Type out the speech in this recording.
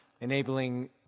enabling